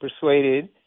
persuaded